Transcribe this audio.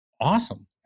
awesome